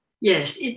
Yes